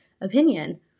opinion